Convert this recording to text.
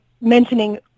mentioning